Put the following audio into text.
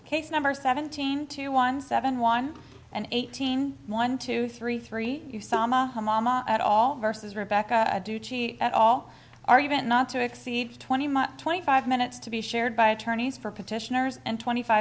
case number seventeen two one seven one and eighteen one two three three sama sama at all versus rebecca duty at all are even not to exceed twenty twenty five minutes to be shared by attorneys for petitioners and twenty five